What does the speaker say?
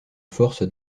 force